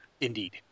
Indeed